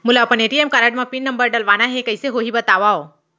मोला अपन ATM card म पिन नंबर डलवाना हे कइसे होही बतावव?